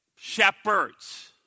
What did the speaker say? Shepherds